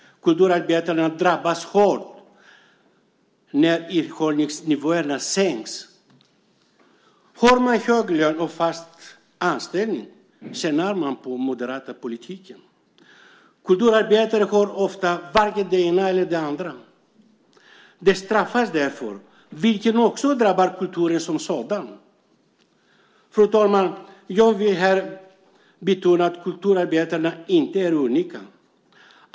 Kulturarbetarna drabbas hårt när ersättningsnivåerna sänks. Om man har hög lön och fast anställning tjänar man på den moderata politiken. Kulturarbetare har ofta varken det ena eller det andra. De straffas därför, vilket också drabbar kulturen som sådan. Fru talman! Jag vill här betona att kulturarbetarna inte är unika.